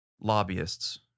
lobbyists